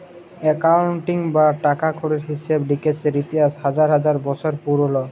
accounting বা টাকা কড়ির হিসেব লিকেসের ইতিহাস হাজার হাজার বসর পুরল